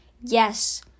Yes